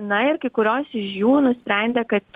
na ir kai kurios iš jų nusprendė kad